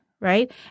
right